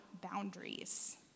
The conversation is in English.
boundaries